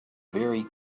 very